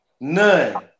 None